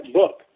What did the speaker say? book